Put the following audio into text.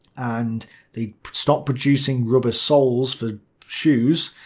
and they stopped producing rubber soles for shoes.